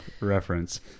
reference